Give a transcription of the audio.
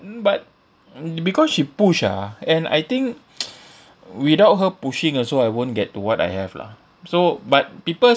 mm but mm because she push ah and I think without her pushing also I won't get to what I have lah so but people